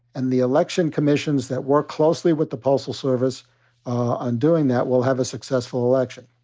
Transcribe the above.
and the election commissions that work closely with the postal service on doing that will have a successful election.